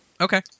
Okay